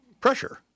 pressure